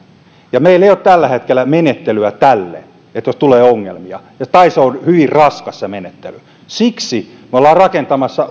meillä ei ole tällä hetkellä menettelyä tälle jos tulee ongelmia tai se menettely on hyvin raskas siksi me olemme rakentamassa